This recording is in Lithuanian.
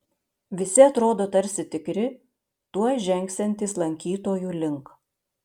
visi atrodo tarsi tikri tuoj žengsiantys lankytojų link